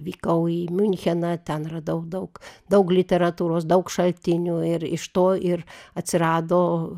vykau į miuncheną ten radau daug daug literatūros daug šaltinių ir iš to ir atsirado